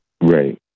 Right